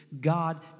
God